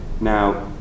Now